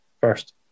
First